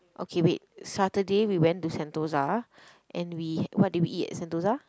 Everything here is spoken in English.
okay wait Saturday we went to Sentosa and we what did we eat at Sentosa